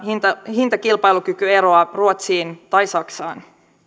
hintakilpailukykyeroa ruotsiin tai saksaan